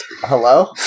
Hello